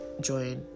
join